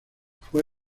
fue